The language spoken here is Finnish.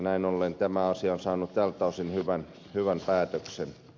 näin ollen tämä asia on saanut tältä osin hyvän päätöksen